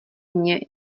mně